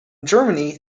germany